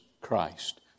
Christ